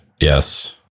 yes